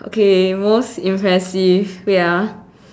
okay most impressive wait ah